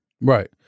right